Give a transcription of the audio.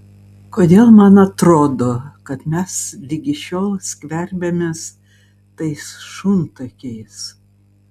kodėl man atrodo kad mes ligi šiol skverbiamės tais šuntakiais